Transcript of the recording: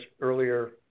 earlier